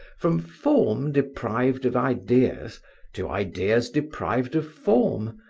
from form deprived of ideas to ideas deprived of form,